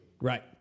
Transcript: Right